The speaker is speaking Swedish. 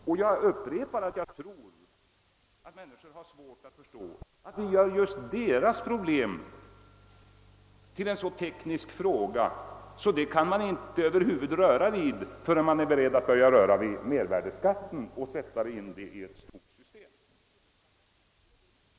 Och jag upprepar att jag tror att de människor det gäller har svårt att förstå att vi gör just deras problem till en så teknisk fråga, att det över huvud taget inte går att röra vid problemet förrän man är beredd att också röra vid mervärdeskatten och alltså sätta in ändringarna i ett stort system.